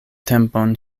tempon